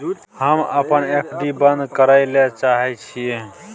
हम अपन एफ.डी बंद करय ले चाहय छियै